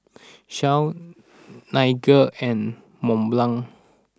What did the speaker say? Shell Nightingale and Mont Blanc